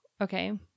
Okay